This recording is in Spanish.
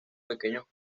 pequeños